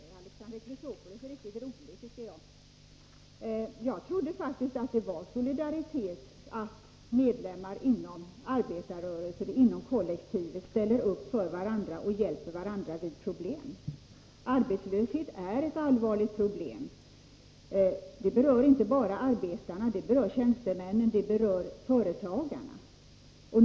Herr talman! Alexander Chrisopoulos är riktigt rolig. Jag trodde faktiskt att det var solidaritet att medlemmar inom arbetarrörelsen, inom kollektivet, ställer upp för varandra och hjälper varandra vid problem. Arbetslöshet är ett allvarligt problem. Det berör inte bara arbetarna, utan även tjänstemännen och företagarna.